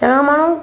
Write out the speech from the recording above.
चङा माण्हू